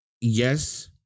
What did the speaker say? yes